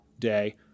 Day